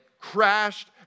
crashed